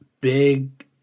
big